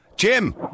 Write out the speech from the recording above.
Jim